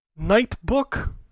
Nightbook